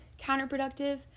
counterproductive